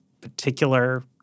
particular